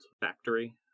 factory